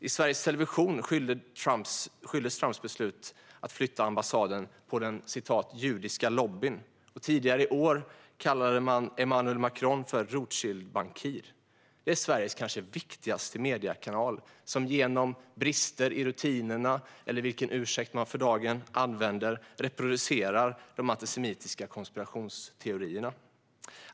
I Sveriges Television skylldes Trumps beslut att flytta ambassaden på den "judiska lobbyn". Tidigare i år kallade man Emmanuel Macron för Rothschildbankir. Det är Sveriges kanske viktigaste mediekanal som genom brister i rutinerna eller vilken ursäkt som man för dagen använder reproducerar de antisemitiska konspirationsteorierna.